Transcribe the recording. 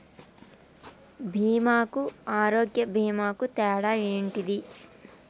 బీమా కు ఆరోగ్య బీమా కు తేడా ఏంటిది?